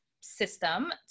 system